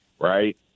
right